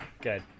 Good